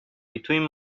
between